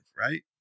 right